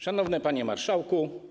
Szanowny Panie Marszałku!